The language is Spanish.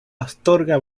astorga